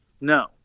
No